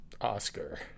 Oscar